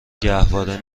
گهواره